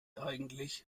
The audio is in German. eigentlich